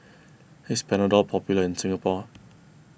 is Panadol popular in Singapore